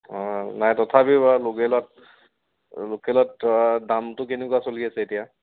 নাই তথাপিও বাৰু লোকেলত লোকেলত দামটো কেনেকুৱা চলি আছে এতিয়া